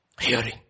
Hearing